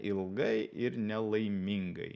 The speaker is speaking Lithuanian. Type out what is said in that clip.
ilgai ir nelaimingai